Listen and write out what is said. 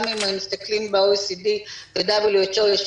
גם אם מסתכלים ב-OECD ו-WHO (ארגון הבריאות העולמי),